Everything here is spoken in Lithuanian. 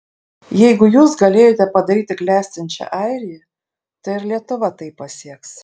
jeigu jūs galėjote padaryti klestinčią airiją tai ir lietuva tai pasieks